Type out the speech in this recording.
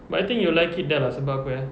but I think you'll like it there lah sebab apa eh